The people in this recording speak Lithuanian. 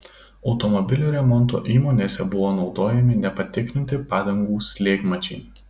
automobilių remonto įmonėse buvo naudojami nepatikrinti padangų slėgmačiai